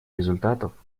результатов